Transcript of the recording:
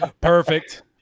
Perfect